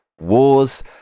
Wars